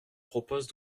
propose